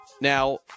Now